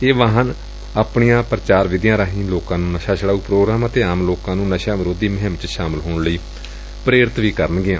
ਇਹ ਵਾਹਨ ਆਪਣੀਆਂ ਪ੍ਰਚਾਰ ਵਿਧੀਆਂ ਰਾਹੀਂ ਲੋਕਾਂ ਨੂੰ ਨਸ਼ਾ ਛੂਡਾਊ ਪ੍ਰੋਗਰਾਮ ਅਤੇ ਆਮ ਲੋਕਾ ਨੂੰ ਨਸ਼ਿਆਂ ਵਿਰੋਧੀ ਮੁਹਿੰਮ ਚ ਸ਼ਾਮਲ ਹੋਣ ਲਈ ਪ੍ਰੇਰਿਤ ਵੀ ਕਰਨਗੀਆਂ